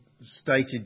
stated